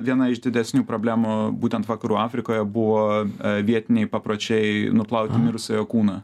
viena iš didesnių problemų būtent vakarų afrikoje buvo vietiniai papročiai nuplauti mirusiojo kūną